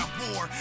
war